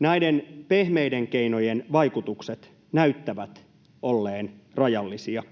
Näiden pehmeiden keinojen vaikutukset näyttävät olleen rajallisia.